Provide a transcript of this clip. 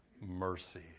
mercy